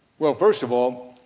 well first of all,